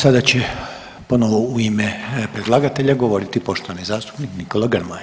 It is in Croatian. Sada će ponovo u ime predlagatelja govoriti poštovani zastupnik Nikola Grmoja.